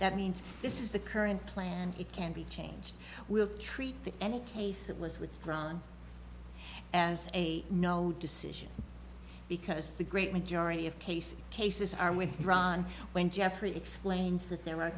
that means this is the current plan it can be changed will treat the any case that was withdrawn as no decision because the great majority of case cases are withdrawn when jeffrey explains that there are